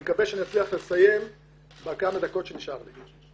אני מקווה שאצליח לסיים בזמן שנשאר לי.